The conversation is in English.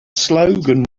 slogan